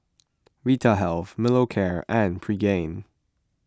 Vitahealth Molicare and Pregain